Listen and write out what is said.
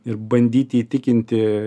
ir bandyti įtikinti